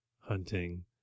hunting